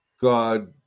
God